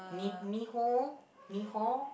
ni nihon nihon